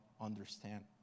understand